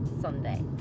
Sunday